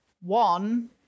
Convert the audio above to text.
One